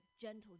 gentle